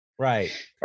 Right